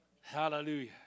Hallelujah